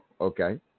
okay